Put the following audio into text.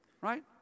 Right